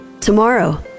tomorrow